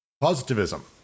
Positivism